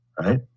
right